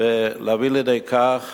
ולהביא לידי כך